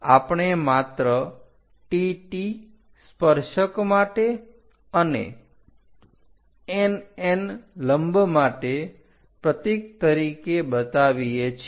આપણે માત્ર TT સ્પર્શક માટે અને NN લંબ માટે પ્રતિક તરીકે બતાવીએ છીએ